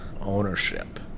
ownership